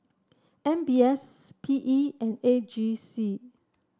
M B S P E and AG C